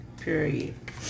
period